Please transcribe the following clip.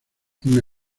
una